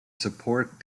support